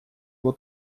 его